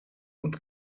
und